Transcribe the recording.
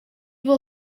will